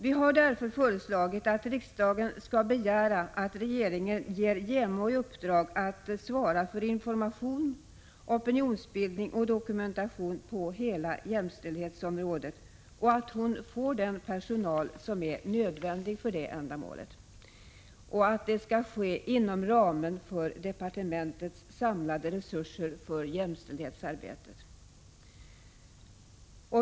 Vi har därför föreslagit att riksdagen skall begära att regeringen ger JämO i uppdrag att svara för information, opinionsbildning och dokumentation på hela jämställdhetsområdet och att hon får den personal som är nödvändig för det ändamålet. Detta skall ske inom ramen för departementets samlade resurser för jämställdhetsarbetet.